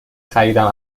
خریدم